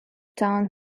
town